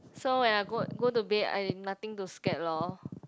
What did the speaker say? so when I go go to bed I nothing to scared lor